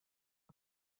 per